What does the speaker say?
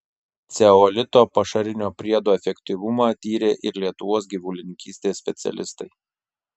ceolito pašarinio priedo efektyvumą tyrė ir lietuvos gyvulininkystės specialistai